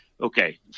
okay